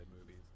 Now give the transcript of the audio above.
movies